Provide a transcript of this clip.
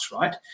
Right